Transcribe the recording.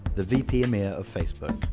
the vp emea of facebook.